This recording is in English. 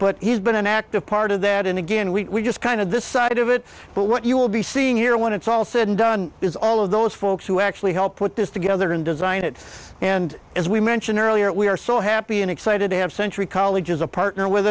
but he's been an active part of that and again we just kind of this side of it but what you will be seeing here when it's all said and done is all of those folks who actually helped put this together and designed it and as we mentioned earlier we are so happy and excited to have century colleges a partner with